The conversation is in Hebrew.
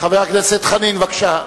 חבר הכנסת דב חנין, בבקשה.